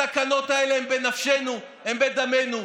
התקנות האלה הן בנפשנו, הן בדמנו.